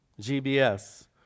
GBS